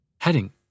Heading